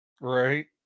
right